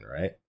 right